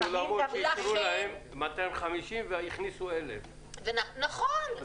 ויש אולמות שאישרו להם 250, והכניסו 1,000. נכון.